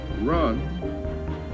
run